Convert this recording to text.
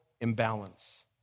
Imbalance